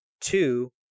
two